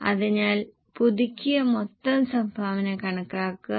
അതിനാൽ പുതുക്കിയ മൊത്തം സംഭാവന കണക്കാക്കുക